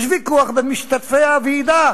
יש ויכוח בין משתתפי הוועידה